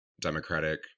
Democratic